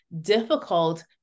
difficult